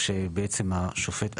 כשבעצם השופטת,